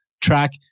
track